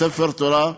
ספר תורה,